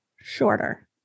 shorter